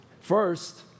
First